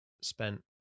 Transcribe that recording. spent